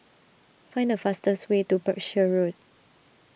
find the fastest way to Berkshire Road